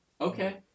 Okay